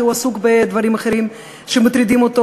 כי הוא עסוק בדברים אחרים שמטרידים אותו,